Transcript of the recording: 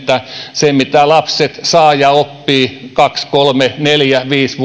se mitä lapset saavat ja oppivat kaksi kolme neljä viisi